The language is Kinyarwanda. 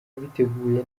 biteguye